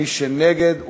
מי שנגד,